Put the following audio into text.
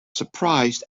surprised